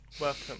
Welcome